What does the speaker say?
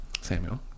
Samuel